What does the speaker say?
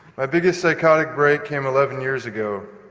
my biggest psychotic break came eleven years ago.